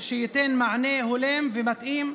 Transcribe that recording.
שייתן מענה הולם ומתאים